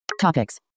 Topics